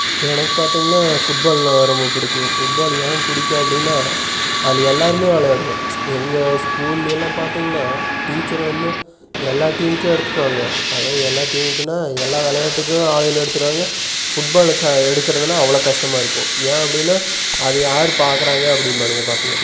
எனக்கு பார்த்திங்கனா ஃபுட்பால்னால் ரொம்ப பிடிக்கும் ஃபுட்பால் ஏன் பிடிக்கும் அப்படின்னா அதில் எல்லோருமே விளையாடுவோம் எங்கள் ஸ்கூலியெல்லாம் பார்த்திங்கன்னா டீச்சர் வந்து எல்லா டீமுக்கு எடுத்துக்குவாங்க அதாவது எல்லா டிம்முக்குன்னால் எல்லா விளையாட்டுக்கும் ஆளுகளை எடுத்துடுவாங்க ஃபுட்பால் எடுக்கிறதுன்னா அவ்வளோ கஷ்டமா இருக்கும் ஏன் அப்படின்னா அது யார் பார்க்குறாங்க அப்படிம்பானுங்க பசங்க